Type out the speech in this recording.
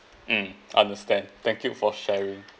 mm understand thank you for sharing